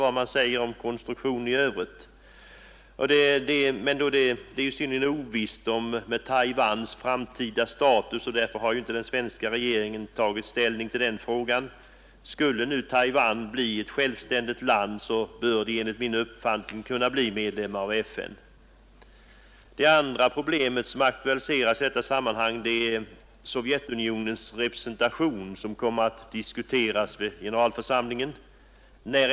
Vad man säger om konstruktionen i övrigt är Taiwans framtida status synnerligen oviss, och därför har svenska regeringen inte tagit ställning till den frågan. Skulle Taiwan bli en självständig stat bör det enligt min mening kunna bli medlem av FN. Ett problem som aktualiserats i detta sammanhang är Sovjetunionens representation, som i viss mån diskuterades vid den senaste generalförsamlingens möte.